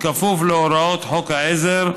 בכפוף להוראות חוק העזר,